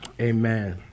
Amen